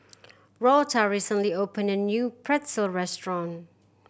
Lotta recently opened a new Pretzel restaurant